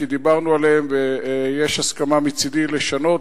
כי דיברנו עליהם ויש הסכמה מצדי לשנות,